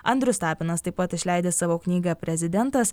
andrius tapinas taip pat išleidęs savo knygą prezidentas